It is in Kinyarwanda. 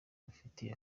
bafitiye